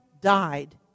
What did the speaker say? died